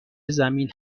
زمین